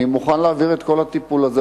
אני מוכן להעביר את כל הטיפול הזה,